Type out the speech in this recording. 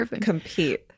compete